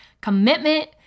commitment